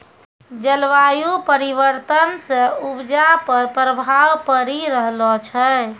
जलवायु परिवर्तन से उपजा पर प्रभाव पड़ी रहलो छै